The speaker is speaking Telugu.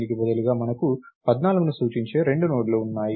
దీనికి బదులుగా మనకు 14ని సూచించే 2 నోడ్లు ఉన్నాయి